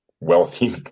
wealthy